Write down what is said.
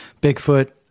Bigfoot